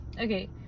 Okay